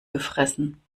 gefressen